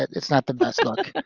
it's not the best look.